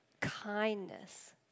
kindness